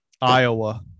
Iowa